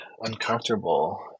uncomfortable